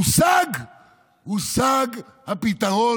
הושג הפתרון,